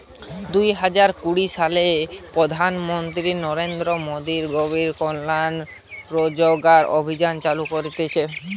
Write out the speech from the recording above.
দুই হাজার কুড়ি সালে প্রধান মন্ত্রী নরেন্দ্র মোদী গরিব কল্যাণ রোজগার অভিযান চালু করিছে